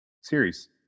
series